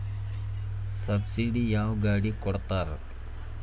Subsidy ಯಾವ ಗಾಡಿಗೆ ಕೊಡ್ತಾರ?